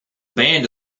band